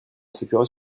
s’appuiera